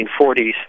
1940s